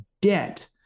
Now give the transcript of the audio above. debt